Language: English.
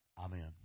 Amen